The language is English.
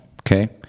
Okay